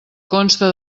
consta